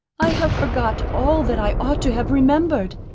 i have forgot all that i ought to have remembered,